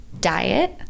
diet